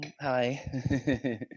hi